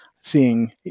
seeing